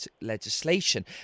legislation